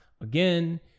again